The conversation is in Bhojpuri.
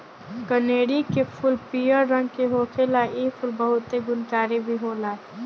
कनेरी के फूल पियर रंग के होखेला इ फूल बहुते गुणकारी भी होला